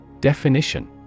Definition